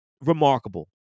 remarkable